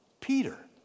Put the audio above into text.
Peter